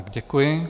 Děkuji.